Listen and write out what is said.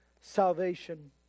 salvation